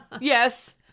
Yes